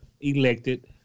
elected